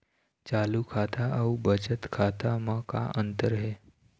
चालू खाता अउ बचत खाता म का अंतर हे?